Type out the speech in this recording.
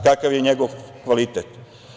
Kakav je njegov kvalitet?